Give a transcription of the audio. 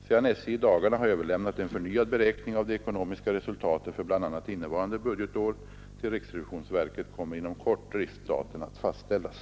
Sedan SJ i dagarna har överlämnat en förnyad beräkning av det ekonomiska resultatet för bl.a. innevarande budgetår till riksrevisionsverket kommer inom kort driftstaten att fastställas.